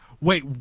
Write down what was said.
Wait